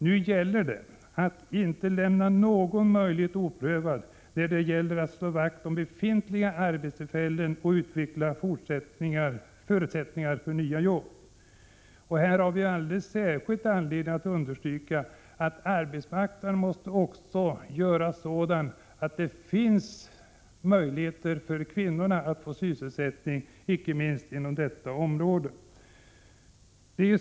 Nu gäller det att inte lämna någon möjlighet oprövad när det gäller att slå vakt om befintliga arbetstillfällen och utveckla förutsättningarna för nya jobb. Det finns då särskild anledning att understryka att arbetsmarknaden måste kunna ge kvinnorna inom just detta område möjlighet att få sysselsättning.